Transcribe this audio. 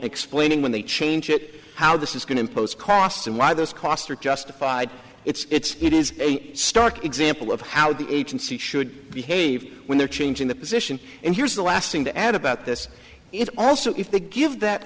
explaining when they change it how this is going to impose costs and why those costs are justified it's it is a stark example of how the agency should behave when they're changing the position and here's the last thing to add about this is also if they give that